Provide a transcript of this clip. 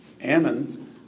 Ammon